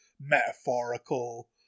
metaphorical